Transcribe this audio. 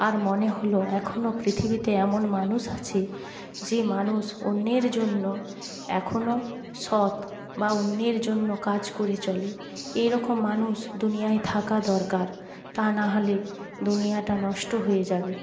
আর মনে হলো এখনও পৃথিবীতে এমন মানুষ আছে যে মানুষ অন্যের জন্য এখনও সৎ বা অন্যের জন্য কাজ করে চলে এরকম মানুষ দুনিয়ায় থাকা দরকার তা নাহলে দুনিয়াটা নষ্ট হয়ে যাবে